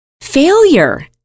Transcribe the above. failure